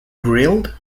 grilled